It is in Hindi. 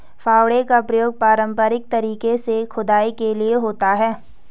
फावड़े का प्रयोग पारंपरिक तरीके से खुदाई के लिए होता है